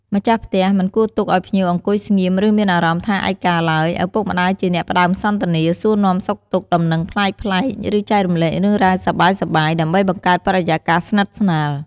ម្ចាស់ផ្ទះមិនគួរទុកឲ្យភ្ញៀវអង្គុយស្ងៀម ឬមានអារម្មណ៍ថាឯកកាឡើយ ឪពុកម្ដាយជាអ្នកផ្ដើមសន្ទនា សួរនាំសុខទុក្ខ ដំណឹងប្លែកៗ ឬចែករំលែករឿងរ៉ាវសប្បាយៗ ដើម្បីបង្កើតបរិយាកាសស្និទ្ធស្នាល។